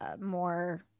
more –